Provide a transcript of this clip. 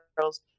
girls